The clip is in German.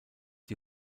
die